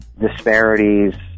disparities